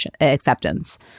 acceptance